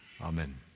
Amen